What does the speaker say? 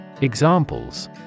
Examples